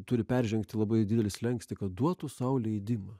turi peržengti labai didelį slenkstį kad duotų sau leidimą